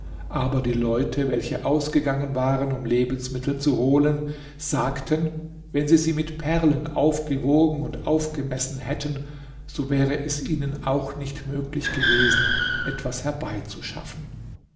aber die leute welche ausgegangen waren um lebensmittel zu holen sagten wenn sie sie mit perlen aufgewogen und aufgemessen hätten so wäre es ihnen auch nicht möglich gewesen etwas herbeizuschaffen